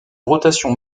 rotation